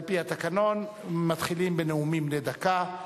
על-פי התקנון, מתחילים בנאומים בני דקה.